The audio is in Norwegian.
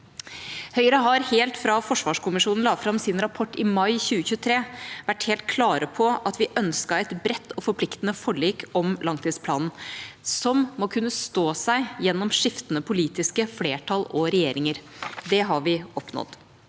Høyre har helt fra forsvarskommisjonen la fram sin rapport i mai 2023, vært helt klar på at vi ønsket et bredt og forpliktende forlik om langtidsplanen, som må kunne stå seg gjennom skiftende politiske flertall og regjeringer. Det har vi oppnådd.